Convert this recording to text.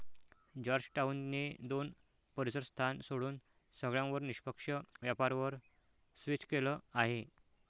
Georgetown ने दोन परीसर स्थान सोडून सगळ्यांवर निष्पक्ष व्यापार वर स्विच केलं आहे